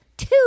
two